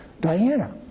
Diana